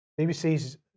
bbc's